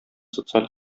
социаль